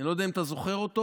אני לא יודע אם אתה זוכר אותה,